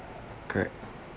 good